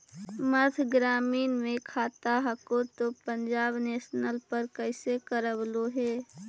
मध्य ग्रामीण मे खाता हको तौ पंजाब नेशनल पर कैसे करैलहो हे?